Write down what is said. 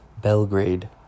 belgrade